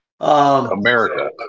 America